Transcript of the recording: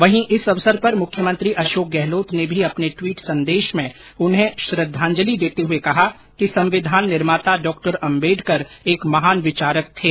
वहीं इस अवसर पर मुख्यमंत्री अशोक गहलोत ने भी अपने टवीट संदेश में उन्हें श्रद्वांजलि देते हुए कहा कि संविधान निर्माता डॉ अम्बेडकर एक महान विचारक थे